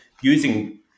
using